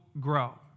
grow